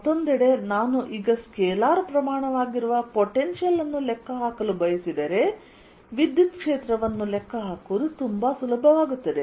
ಮತ್ತೊಂದೆಡೆ ನಾನು ಈಗ ಸ್ಕೇಲಾರ್ ಪ್ರಮಾಣವಾಗಿರುವ ಪೊಟೆನ್ಶಿಯಲ್ ಅನ್ನು ಲೆಕ್ಕ ಹಾಕಿದರೆ ವಿದ್ಯುತ್ ಕ್ಷೇತ್ರವನ್ನು ಲೆಕ್ಕಹಾಕುವುದು ತುಂಬಾ ಸುಲಭವಾಗುತ್ತದೆ